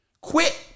Quit